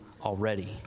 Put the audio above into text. already